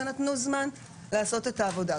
ונתנו זמן לעשות את העבודה הזאת.